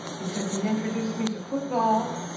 because he introduced me to football,